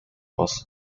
was